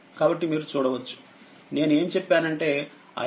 కాబట్టి మీరు చూడవచ్చునేనుఏమి చెప్పానంటే iNortoniSC